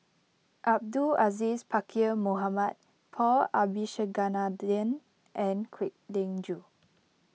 Abdul Aziz Pakkeer Mohamed Paul Abisheganaden and Kwek Leng Joo